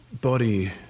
body